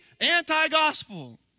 anti-gospel